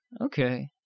Okay